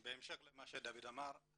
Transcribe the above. בהמשך למה שדוד אמר,